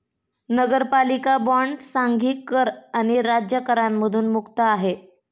नगरपालिका बॉण्ड सांघिक कर आणि राज्य करांमधून मुक्त आहे